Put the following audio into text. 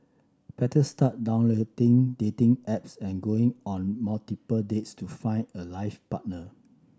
better start downloading dating apps and going on multiple dates to find a life partner